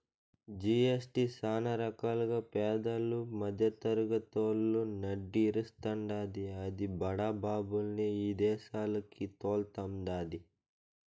GST సానా రకాలుగా పేదలు, మద్దెతరగతోళ్ళు నడ్డి ఇరస్తాండాది, అది బడా బాబుల్ని ఇదేశాలకి తోల్తండాది